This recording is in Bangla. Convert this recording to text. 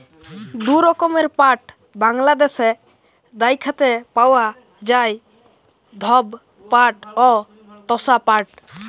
দু রকমের পাট বাংলাদ্যাশে দ্যাইখতে পাউয়া যায়, ধব পাট অ তসা পাট